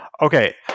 Okay